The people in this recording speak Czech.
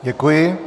Děkuji.